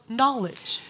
knowledge